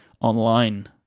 online